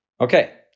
Okay